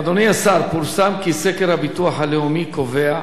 פורסם כי סקר הביטוח הלאומי קובע: אחת מכל